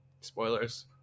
Spoilers